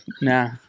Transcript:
Nah